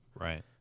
Right